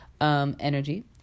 energy